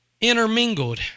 intermingled